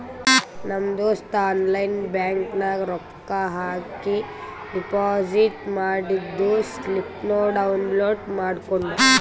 ನಮ್ ದೋಸ್ತ online bank ನಾಗ್ ರೊಕ್ಕಾ ಹಾಕಿ ಡೆಪೋಸಿಟ್ ಮಾಡಿದ್ದು ಸ್ಲಿಪ್ನೂ ಡೌನ್ಲೋಡ್ ಮಾಡ್ಕೊಂಡ್